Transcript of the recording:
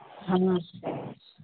हाँ